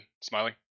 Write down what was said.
Smiling